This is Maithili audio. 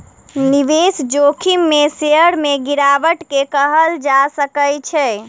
निवेश जोखिम में शेयर में गिरावट के कहल जा सकै छै